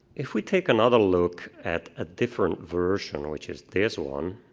if we take another look at a different version, which is this one